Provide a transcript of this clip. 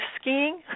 skiing